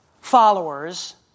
followers